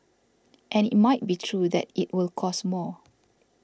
and it might be true that it will cost more